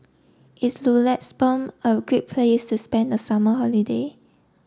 is Luxembourg a great place to spend the summer holiday